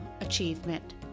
achievement